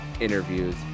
interviews